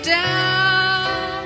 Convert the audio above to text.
down